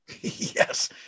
Yes